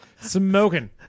smoking